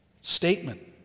statement